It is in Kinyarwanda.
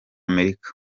amerika